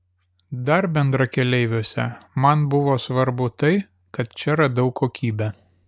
dar bendrakeleiviuose man buvo svarbu tai kad čia radau kokybę